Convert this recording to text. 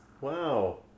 Wow